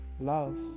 Love